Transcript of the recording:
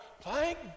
Thank